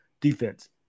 defense